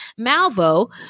Malvo